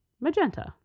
magenta